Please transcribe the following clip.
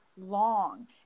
long